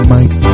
Mike